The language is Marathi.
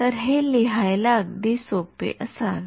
तर हे लिहायला अगदी सोपे असावे